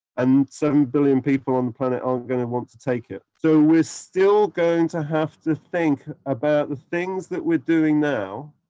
and seven billion people on the planet aren't gonna want to take it. so we're still going to have to think about the things that we're doing now